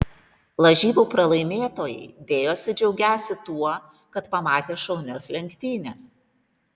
lažybų pralaimėtojai dėjosi džiaugiąsi tuo kad pamatė šaunias lenktynes